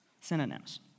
Synonyms